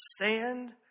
stand